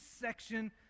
section